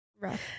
Rough